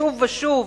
שוב ושוב,